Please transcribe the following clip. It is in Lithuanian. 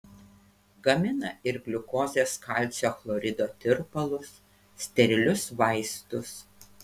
gamina ir gliukozės kalcio chlorido tirpalus sterilius vaistus